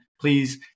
please